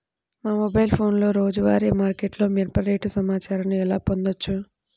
మా మొబైల్ ఫోన్లలో రోజువారీ మార్కెట్లో మిరప రేటు సమాచారాన్ని ఎలా పొందవచ్చు?